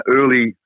early